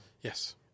Yes